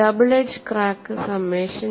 double edge crack summation